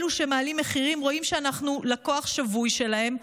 אלו שמעלים מחירים רואים שאנחנו לקוח שבוי שלהם,